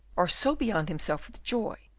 or so beyond himself with joy,